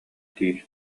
дии